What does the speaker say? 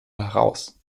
heraus